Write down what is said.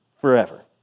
forever